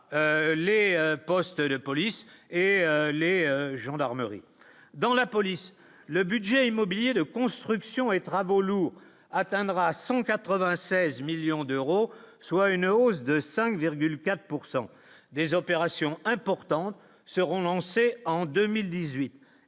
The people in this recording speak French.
les postes de police et les gendarmeries dans la police, le budget immobilier de constructions et travaux lourds atteindra 196 millions d'euros, soit une hausse de 5,4 pourcent des opérations importantes seront lancés en 2018